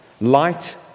Light